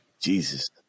Jesus